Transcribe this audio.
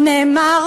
הוא נאמר,